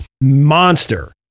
monster